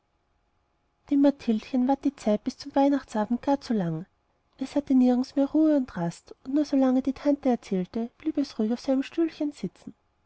dem mathildchen ward die zeit bis zum weihnachtsabend gar zu lang es hatte nirgends mehr ruhe und rast und nur solange die tante erzählte blieb es ruhig auf seinem stühlchen sitzen